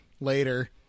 later